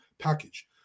package